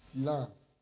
Silence